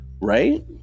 Right